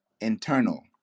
internal